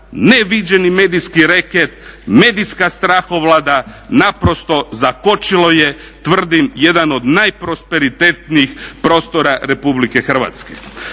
neviđeni medijski reket, medijska strahovlada, naprosto zakočilo je tvrdim jedan od najprosperitetnijih prostora Republike Hrvatske.